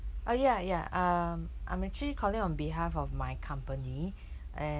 uh ya ya um I'm actually calling on behalf of my company